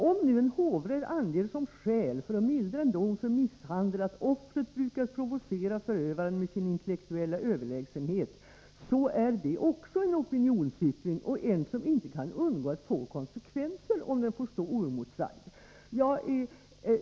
Om nu en hovrätt anger som skäl för att mildra en dom för misshandel att offret brukat provocera förövaren med sin intellektuella överlägsenhet, så är det också en opinionsyttring och en som inte kan undgå att få konsekvenser, om den får stå oemotsagd.